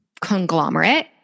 conglomerate